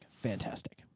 Fantastic